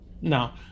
No